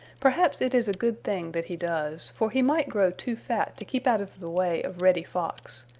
perhaps it is a good thing that he does, for he might grow too fat to keep out of the way of reddy fox.